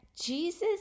Jesus